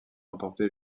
emporter